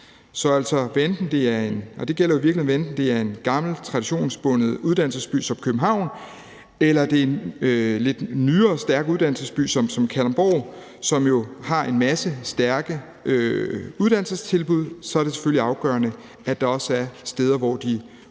til studerende. Det gælder i virkeligheden, hvad enten det er en gammel, traditionsbundet uddannelsesby som København, eller om det er en nyere og stærk uddannelsesby som Kalundborg, som jo har en masse stærke uddannelsestilbud, og så er det selvfølgelig afgørende, at der også er steder, hvor de